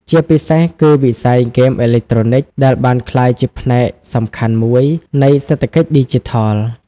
ជាពិសេស គឺវិស័យហ្គេមអេឡិចត្រូនិច ដែលបានក្លាយជាផ្នែកសំខាន់មួយនៃសេដ្ឋកិច្ចឌីជីថល។